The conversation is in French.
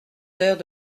heures